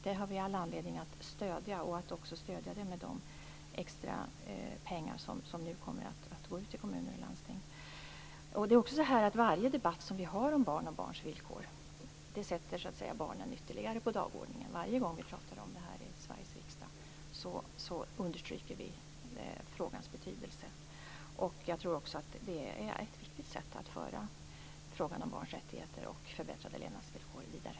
Det har vi all anledning att stödja och att även stödja det med de extra pengar som nu kommer att gå ut till kommuner och landsting. Varje debatt som vi har om barn och barns villkor sätter också barnen ytterligare på dagordningen. Varje gång vi pratar om detta i Sveriges riksdag understryker vi frågans betydelse. Jag tror också att det är ett viktigt sätt att föra frågan om barns rättigheter och förbättrade levnadsvillkor vidare.